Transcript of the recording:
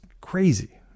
crazy